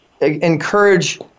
encourage